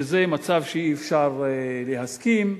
וזה מצב שאי-אפשר להסכים לו,